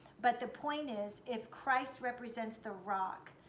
but the point is if christ represents the rock,